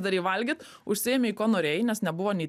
darei valgyt užsiėmei ko norėjai nes nebuvo nei